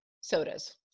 sodas